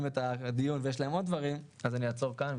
את הדיון ויש להם עוד דברים להגיד אז אני אעצור כאן,